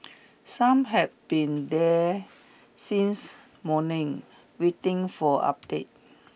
some had been there since morning waiting for updates